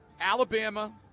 Alabama